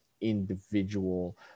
individual